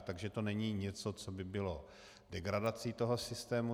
Takže to není něco, co by bylo degradací toho systému.